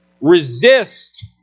Resist